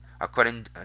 according